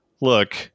look